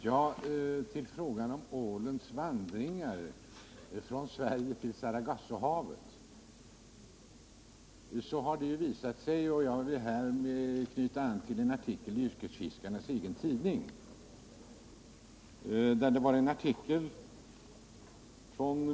Herr talman! I frågan om ålens vandringar från Sverige till Sargassohavet vill jag knyta an till en artikel i yrkesfiskarnas egen tidning.